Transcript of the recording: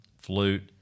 flute